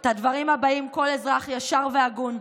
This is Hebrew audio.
את הדברים הבאים כל אזרח ישר והגון,